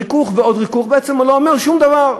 ריכוך ועוד ריכוך, לא אומר שום דבר.